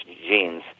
genes